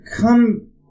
come